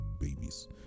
babies